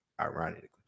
Ironically